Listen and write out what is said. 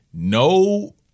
No